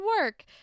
work